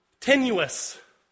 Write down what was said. Tenuous